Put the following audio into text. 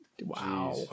Wow